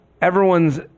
everyone's